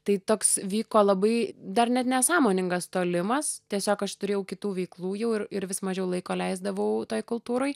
tai toks vyko labai dar net nesąmoningas tolimas tiesiog aš turėjau kitų veiklų jau ir ir vis mažiau laiko leisdavau toj kultūroj